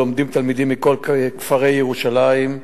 שבו לומדים תלמידים מכל כפרי ירושלים,